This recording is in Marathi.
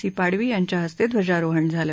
सी पाडवी यांच्या हस्ते ध्वजारोहण झालं